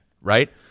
right